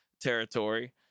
territory